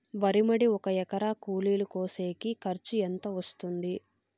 వరి మడి ఒక ఎకరా కూలీలు కోసేకి ఖర్చు ఎంత వస్తుంది?